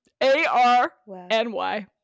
A-R-N-Y